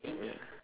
yeah